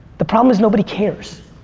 the problem is nobody cares.